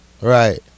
right